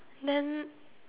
then